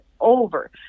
over